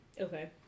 Okay